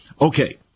Okay